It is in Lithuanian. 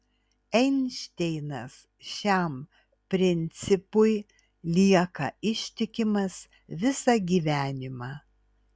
einšteinas šiam principui lieka ištikimas visą gyvenimą